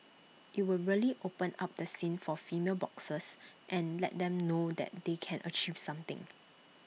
IT would really open up the scene for female boxers and let them know that they can achieve something